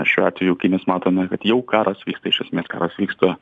šiuo atveju kai mes matome kad jau karas vyksta iš esmės karas vyksta